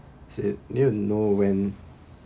sad near no when